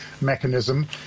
mechanism